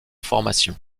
formation